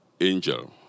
angel